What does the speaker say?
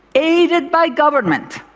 aided by government,